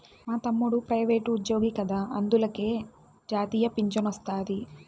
మా తమ్ముడు ప్రైవేటుజ్జోగి కదా అందులకే జాతీయ పింఛనొస్తాది